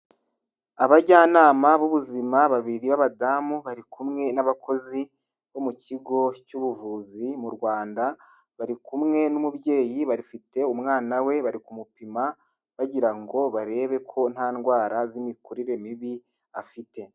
Abajyanama b'ubuzima babiri b'abadamu bari kumwe n'abakozi bo mu kigo cy'ubuvuzi mu Rwanda, bari kumwe n'umubyeyi barifite umwana we bari kumupima, bagira ngo barebe ko nta ndwara z'imikurire mibi afite.